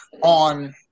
on